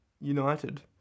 United